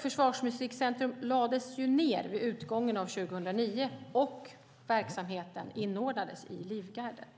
Försvarsmusikcentrum lades ned vid utgången av 2009, och verksamheten inordnades i Livgardet.